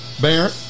Baron